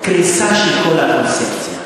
קריסה של כל הקונספציה,